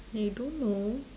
I don't know